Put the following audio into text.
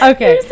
Okay